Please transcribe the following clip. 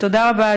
תודה רבה,